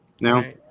No